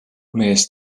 mees